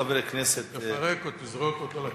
חבר הכנסת,